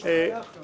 יש בעיה מחר